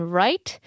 right